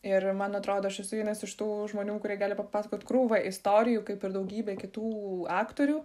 ir man atrodo aš esu vienas iš tų žmonių kurie gali papasakot krūvą istorijų kaip ir daugybė kitų aktorių